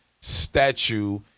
statue